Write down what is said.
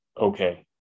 okay